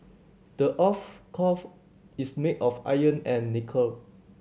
the earth's is made of iron and nickel